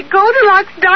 Goldilocks